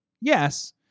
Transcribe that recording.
Yes